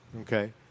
Okay